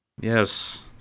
Yes